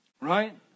right